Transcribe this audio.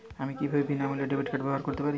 আমি কি বিনামূল্যে ডেবিট কার্ড ব্যাবহার করতে পারি?